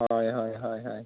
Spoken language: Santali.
ᱦᱳᱭ ᱦᱳᱭ ᱦᱳᱭ ᱦᱳᱭ